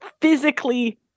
physically